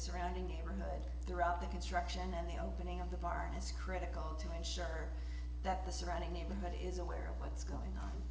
surrounding neighborhood throughout the construction and the opening of the far as critical to ensure that the surrounding neighborhood is aware of what's going on